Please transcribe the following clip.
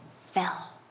fell